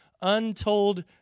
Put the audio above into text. untold